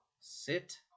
Sit